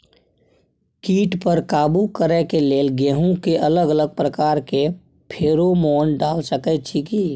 कीट पर काबू करे के लेल गेहूं के अलग अलग प्रकार के फेरोमोन डाल सकेत छी की?